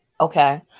okay